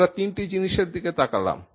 আমরা তিনটি জিনিসের দিকে তাকালাম